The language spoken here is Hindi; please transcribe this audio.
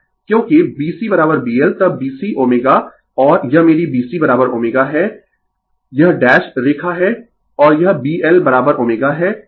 क्योंकि BC B L तब B Cω और यह मेरी BC ω है यह डैश रेखा है और यह BL ω है